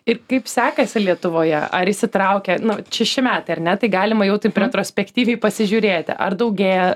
ir kaip sekasi lietuvoje ar įsitraukė nu šeši metai ar ne tai galima jau taip retrospektyviai pasižiūrėti ar daugėja